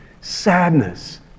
sadness